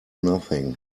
nothing